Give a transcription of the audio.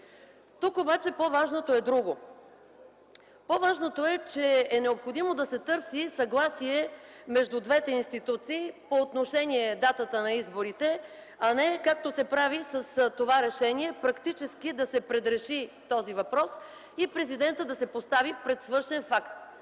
Тук обаче по-важното е друго, по-важното е, че е необходимо да се търси съгласие между двете институции по отношение датата на изборите, а не, както се прави с това решение – практически да се предреши този въпрос и президентът да се постави пред свършен факт.